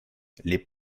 les